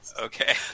Okay